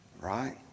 Right